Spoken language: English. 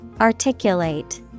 Articulate